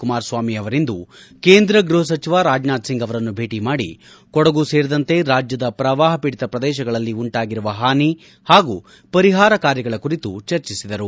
ಕುಮಾರಸ್ವಾಮಿ ಅವರಿಂದು ಕೇಂದ್ರ ಗೃಹ ಸಚಿವ ರಾಜನಾಥ್ ಸಿಂಗ್ ಅವರನ್ನು ಭೇಟಿ ಮಾಡಿ ಕೊಡಗು ಸೇರಿದಂತೆ ರಾಜ್ಯದ ಪ್ರವಾಹ ಪೀಡಿತ ಪ್ರದೇಶಗಳಲ್ಲಿ ಉಂಟಾಗಿರುವ ಹಾನಿ ಹಾಗೂ ಪರಿಹಾರ ಕಾರ್ಯಗಳ ಕುರಿತು ಚರ್ಚಿಸಿದರು